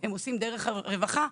הם עושים דרך הרווחה,